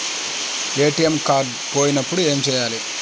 ATM card పోయినప్పుడు ఏమి చేయాలి?